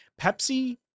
Pepsi